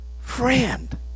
friend